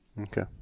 Okay